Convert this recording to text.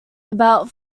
about